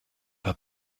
pas